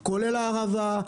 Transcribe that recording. כולל הערבה,